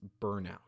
burnout